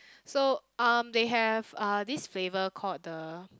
so um they have uh this flavour called the